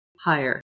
higher